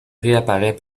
réapparaît